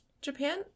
Japan